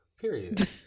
period